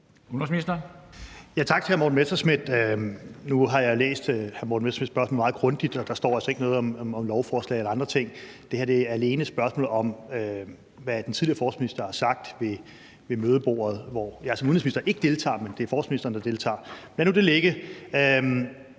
Tak til hr. Morten Messerschmidt. Nu har jeg læst hr. Morten Messerschmidts spørgsmål meget grundigt, og der står altså ikke noget om lovforslag eller andre ting. Det her er alene et spørgsmål om, hvad den tidligere forsvarsminister har sagt ved mødebordet, hvor jeg som udenrigsminister ikke deltager, men hvor det er forsvarsministeren, der deltager. Lad nu det ligge.